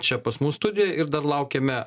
čia pas mus studijoj ir dar laukiame